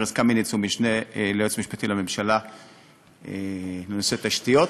ארז קמיניץ הוא משנה ליועץ המשפטי לממשלה בנושא תשתיות.